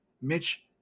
Mitch